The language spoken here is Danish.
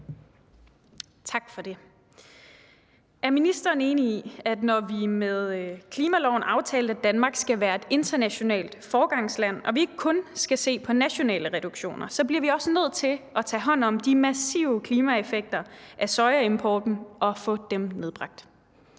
Tak for det. Er ministeren enig i, at når vi med klimaloven aftalte, at Danmark skal være et internationalt foregangsland, og vi ikke kun skal se på nationale reduktioner, så bliver vi nødt til at tage hånd om den massive klimaeffekt af sojaimporten og få denne nedbragt?